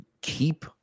keep